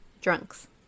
drunks